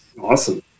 Awesome